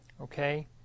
okay